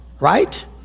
right